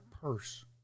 purse